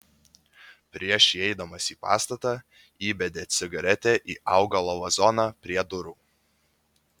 prieš įeidamas į pastatą įbedė cigaretę į augalo vazoną prie durų